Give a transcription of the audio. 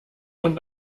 und